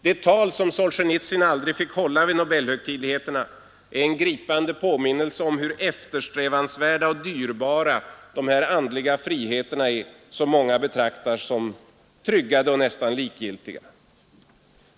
Det tal Solsjenitsyn aldrig fick hålla vid Nobelhögtidligheterna är en gripande påminnelse om hur eftersträvansvärda och dyrbara dessa andliga friheter är som många här betraktar som tryggade och nästan likgiltiga.